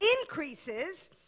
increases